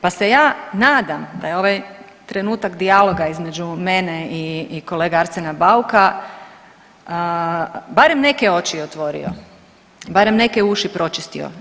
Pa se ja nadam da je ovaj trenutak dijaloga između mene i kolege Arsena Bauka barem neke oči otvorio, barem neke uši pročistio.